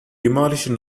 demolished